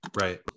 Right